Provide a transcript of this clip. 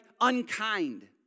unkind